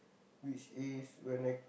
which is when I